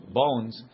bones